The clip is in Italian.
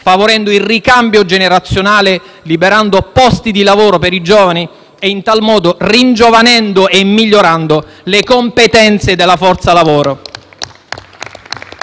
favorendo il ricambio generazionale, liberando posti di lavoro per i giovani e, in tal modo, ringiovanendo e migliorando le competenze della forza lavoro.